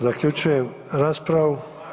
Zaključujem raspravu.